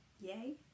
yay